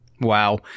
Wow